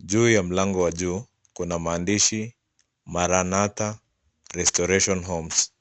Juu ya mlango wa juu kuna maandishi Maranatha restoration homes.